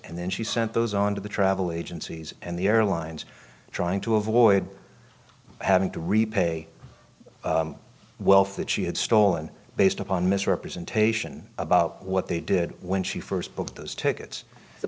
and then she sent those on to the travel agencies and the airlines trying to avoid having to repay wealth that she had stolen based upon misrepresentation about what they did when she first book those tickets the